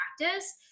practice